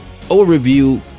overview